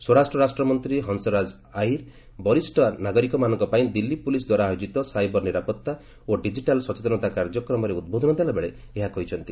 ସ୍ୱରାଷ୍ଟ୍ର ରାଷ୍ଟ୍ରମନ୍ତ୍ରୀ ହଂସରାଜ ଅହିର ବରିଷ୍ଠ ନାଗରିକମାନଙ୍କ ପାଇଁ ଦିଲ୍ଲୀ ପୁଲିସ୍ ଦ୍ୱାରା ଆୟୋକିତ ସାଇବର ନିରାପଭା ଓ ଡିଜିଟାଲ୍ ସଚେତନତା କାର୍ଯ୍ୟକ୍ରମରେ ଉଦ୍ବୋଧନ ଦେଲାବେଳେ ଏହା କହିଛନ୍ତି